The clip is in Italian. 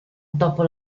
dopo